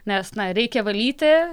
nes na reikia valyti